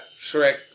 Shrek